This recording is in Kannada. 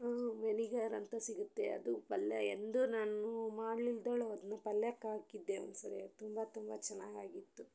ವೆನಿಗರ್ ಅಂತ ಸಿಗತ್ತೆ ಅದು ಪಲ್ಯ ಎಂದೂ ನಾನು ಮಾಡ್ಲಿಲ್ಲದವ್ಳು ಅದನ್ನೂ ಪಲ್ಯಕ್ಕೆ ಹಾಕಿದ್ದೆ ಒಂದು ಸರಿ ಅದು ತುಂಬ ತುಂಬ ಚೆನ್ನಾಗಾಗಿತ್ತು